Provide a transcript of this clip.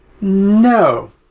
No